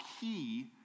key